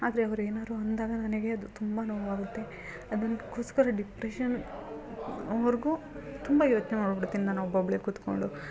ಆದರೆ ಅವ್ರು ಏನಾದ್ರೂ ಅಂದಾಗ ನನಗೆ ಅದು ತುಂಬ ನೋವಾಗುತ್ತೆ ಅದಕ್ಕೋಸ್ಕರ ಡಿಪ್ರೇಶನ್ವರೆಗೂ ತುಂಬ ಯೋಚನೆ ಮಾಡ್ಬಿಡ್ತೀನಿ ನಾನು ಒಬ್ಬೊಬ್ಬಳೇ ಕುತ್ಕೊಂಡು